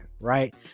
right